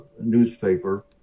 newspaper